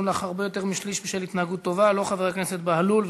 שלא רק מנצלים אותן בזנות אלא גם משתמשים בהן כאיזה כיסוי,